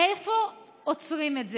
איפה עוצרים את זה?